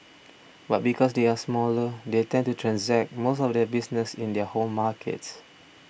but because they are smaller they tend to transact most of their business in their home markets